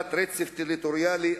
בעלת רצף טריטוריאלי.